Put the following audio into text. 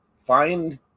Find